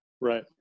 Right